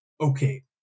okay